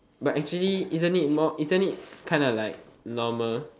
but actually isn't it more isn't it kind of like normal